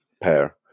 pair